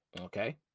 Okay